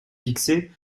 fixée